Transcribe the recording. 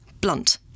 blunt